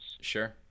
Sure